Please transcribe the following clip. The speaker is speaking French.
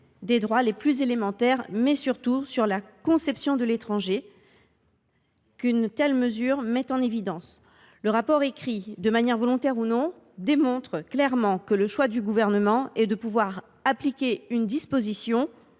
des droits les plus élémentaires, mais, surtout, sur celui de la conception de l’étranger qu’une telle mesure met en évidence. Le rapport, de manière volontaire ou non, démontre clairement que le choix du Gouvernement est de pouvoir appliquer le relevé